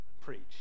preached